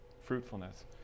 fruitfulness